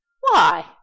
Why